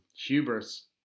Hubris